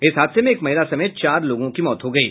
इस हादसे में एक महिला समेत चार लोगों की मौत हो गयी